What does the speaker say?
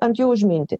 ant jų užminti